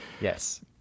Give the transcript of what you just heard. yes